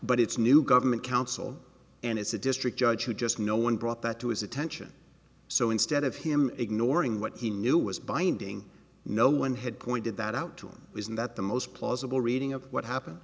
but it's new government counsel and it's a district judge who just no one brought that to his attention so instead of him ignoring what he knew was binding no one had pointed that out to him isn't that the most plausible reading of what happen